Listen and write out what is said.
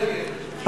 נגד.